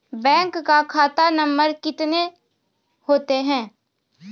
Bank का खाता number कितने होते हैं?